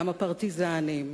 גם הפרטיזנים,